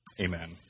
Amen